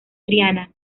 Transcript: triana